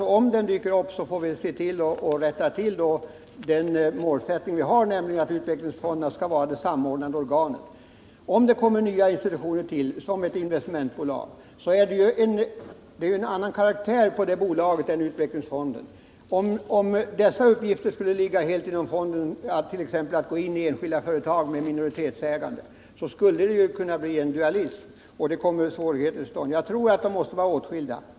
Och om den dyker upp, får vi rätta till förhållandena enligt den målsättning vi har, nämligen att utvecklingsfonderna skall vara det samordnande organet. Om det tillkommer nya institutioner såsom ett investmentbolag, så kan vi konstatera att det är en annan karaktär på ett sådant bolag än på en utvecklingsfond. Om 1. ex. uppgiften att gå in i enskilda företag med minoritetsägande skulle ligga inom fonden, så skulle det ju kunna bli en dualism, och svårigheter skulle uppstå. Jag tror att dessa institutioner måste vara åtskilda.